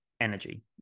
energy